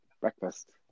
Breakfast